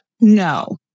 No